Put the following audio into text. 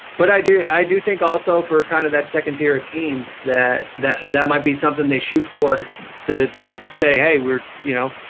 but i do. i do think also for kind of that second tier teams that that that might be something they shoot for it to say, hey, we're you know,